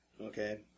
Okay